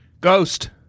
ghost